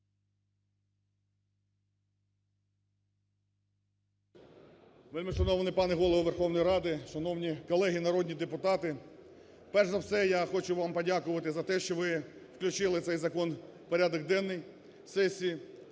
Вельмишановний Голово Верховної Ради, шановні колеги народні депутати! Перш за все, я хочу вам подякувати за те, що ви включили цей закон в порядок денний сесії.